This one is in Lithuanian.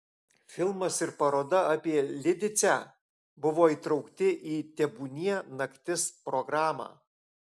filmas ir paroda apie lidicę buvo įtraukti į tebūnie naktis programą